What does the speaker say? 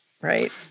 right